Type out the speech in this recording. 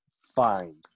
fine